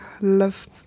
love